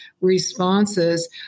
responses